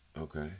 Okay